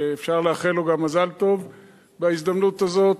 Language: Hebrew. שאפשר לאחל לו גם מזל טוב בהזדמנות זאת,